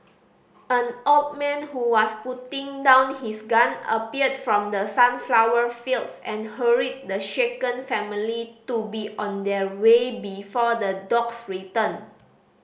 an old man who was putting down his gun appeared from the sunflower fields and hurried the shaken family to be on their way before the dogs return